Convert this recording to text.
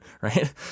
right